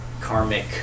karmic